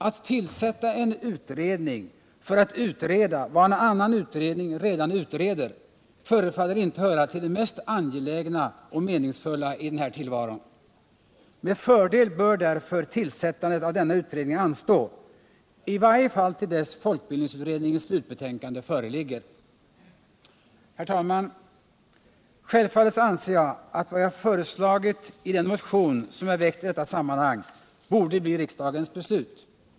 Att tillsätta en utredning för att utreda vad en annan utredning redan utreder förefaller inte höra till det mest angelägna och meningsfulla i den här tillvaron. Med fördel bör därför tillsättandet av denna utredning anstå — i varje fall till dess folkbildningsutredningens slutbetänkande föreligger. Herr talman! Självfallet anser jag att mitt förslag i den motion som jag väckt i detta sammanhang borde bli riksdagens beslut.